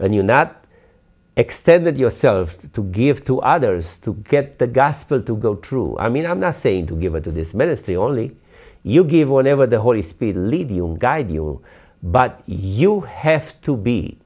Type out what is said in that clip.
and you not extended yourself to give to others to get the gospel to go through i mean i'm not saying to give into this ministry only you give whatever the holy spirit lead you guide you but you have to be